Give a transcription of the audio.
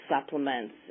supplements